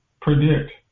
predict